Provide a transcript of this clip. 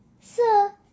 Sir